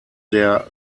der